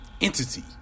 entity